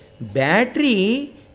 battery